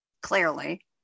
clearly